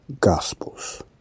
Gospels